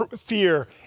fear